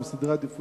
עם סדרי עדיפויות,